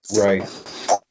Right